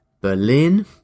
Berlin